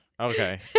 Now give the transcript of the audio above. okay